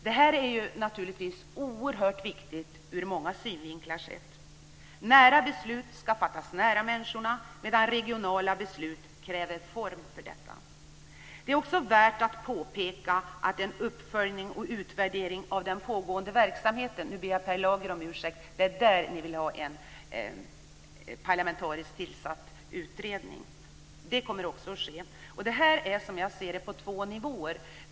Det här är naturligtvis viktigt ur många synvinklar sett. Nära beslut ska fattas nära människorna, medan regionala beslut kräver en form för detta. Det är också värt att påpeka att en uppföljning och utvärdering av den pågående verksamheten kommer att ske. Nu får jag be Per Lager om ursäkt, för det är där ni vill ha en parlamentariskt tillsatt utredning. Det här ska, som jag ser det, ske på två nivåer.